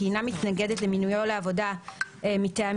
כי היא אינה מתנגדת למינויו לעבודה מטעמים